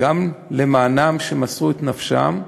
גם למענם, שמסרו את נפשם,